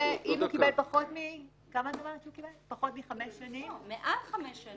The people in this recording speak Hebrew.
קיבל פחות מחמש שנים --- מעל חמש שנים.